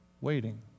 waiting